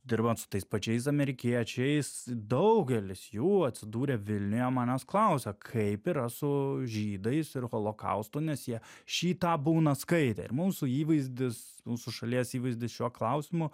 dirbant su tais pačiais amerikiečiais daugelis jų atsidūrę vilniuje manęs klausia kaip yra su žydais ir holokaustu nes jie šį tą būna skaitę ir mūsų įvaizdis mūsų šalies įvaizdis šiuo klausimu